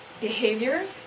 behaviors